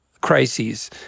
crises